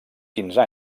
quinze